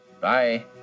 Bye